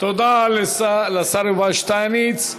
תודה לשר יובל שטייניץ.